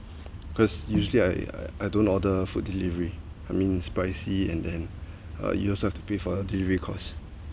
cause usually I I don't order food delivery I mean it's pricey and then uh you also have to pay for the delivery cost